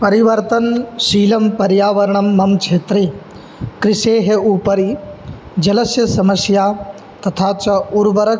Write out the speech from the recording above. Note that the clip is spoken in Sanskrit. परिवर्तन शीलं पर्यावरणं मम क्षेत्रे कृषेः उपरि जलस्य समस्या तथा च उर्वरक्